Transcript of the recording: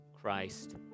Christ